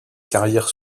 carrières